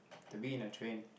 to be in a train